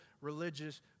religious